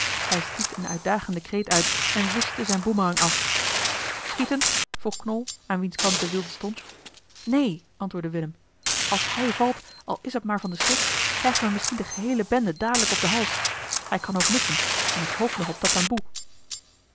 hij stiet een uitdagenden kreet uit en wischte zijn boemerang af schieten vroeg knol aan wiens kant de wilde stond neen waarschuwde willem als hij valt al is het maar van eli heimans willem roda den schrik krijgen we misschien de geheele bende dadelijk op den hals hij kan ook missen en ik hoop nog op tatamboe